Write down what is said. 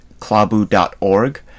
klabu.org